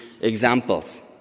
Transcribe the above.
examples